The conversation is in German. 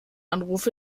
anruf